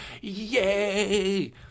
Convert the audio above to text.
Yay